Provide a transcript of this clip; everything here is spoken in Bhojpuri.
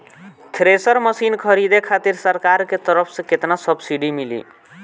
थ्रेसर मशीन खरीदे खातिर सरकार के तरफ से केतना सब्सीडी मिली?